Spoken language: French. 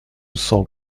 cent